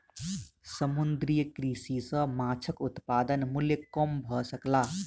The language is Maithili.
समुद्रीय कृषि सॅ माँछक उत्पादन मूल्य कम भ सकल